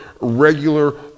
regular